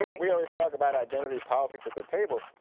we always talk about identity politics of the table,